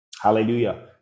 Hallelujah